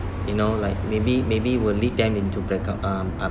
you know like maybe maybe will lead them into bankrupt um